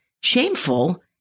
shameful